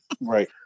Right